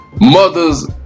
mothers